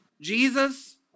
Jesus